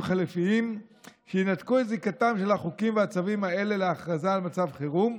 חלופיים שינתקו את זיקתם של החוקים והצווים האלה מהכרזה על מצב חירום.